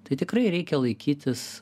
tai tikrai reikia laikytis